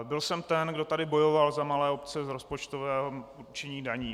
Byl jsem ten, kdo tady bojoval za malé obce v rozpočtovém určení daní.